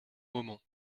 moment